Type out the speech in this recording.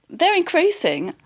they're increasing,